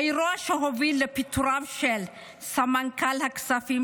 האירוע שהוביל לפיטורו של סמנכ"ל הכספים